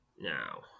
Now